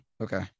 Okay